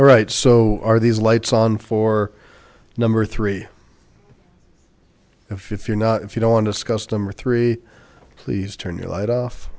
right so are these lights on for number three if you're not if you don't want to scuff them or three please turn your light off